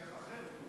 איך אחרת?